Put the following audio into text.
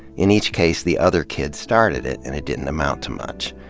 in each case, the other kid started it and it didn't amount to much.